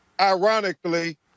ironically